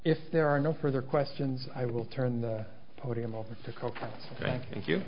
if there are no further questions i will turn the